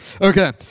Okay